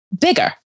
bigger